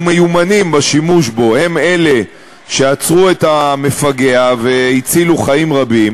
מיומנים בשימוש בו הם אלה שעצרו את המפגע והצילו חיים רבים.